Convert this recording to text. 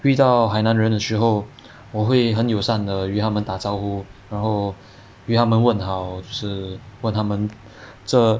遇到海南人的时候我会很友善地与他们打招呼然后与他们问好就是问他们